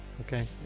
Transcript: okay